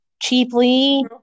cheaply